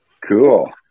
Cool